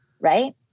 Right